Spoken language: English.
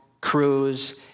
crews